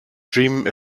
dream